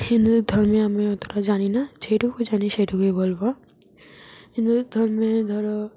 হিন্দুদের ধর্মে আমি অতটা জানি না যেটুকু জানি সেটুকুই বলব হিন্দুদের ধর্মে ধরো